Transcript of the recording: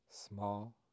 Small